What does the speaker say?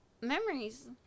Memories